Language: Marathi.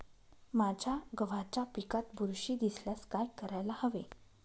माझ्या गव्हाच्या पिकात बुरशी दिसल्यास काय करायला हवे?